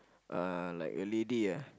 uh like a lady ah